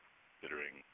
considering